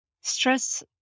stress